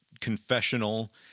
confessional